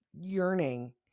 yearning